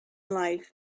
life